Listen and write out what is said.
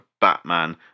batman